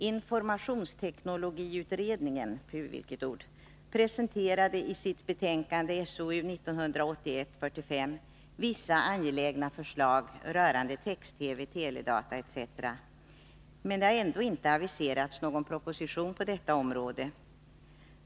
Informationsteknologiutredningen presenterade i sitt betänkande SOU 1981:45 vissa angelägna förslag rörande text-TV, teledata etc., men det har ändå inte aviserats någon proposition på detta område.